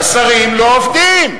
השרים לא עובדים.